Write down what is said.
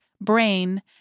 Brain